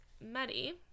Maddie